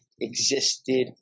existed